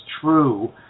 True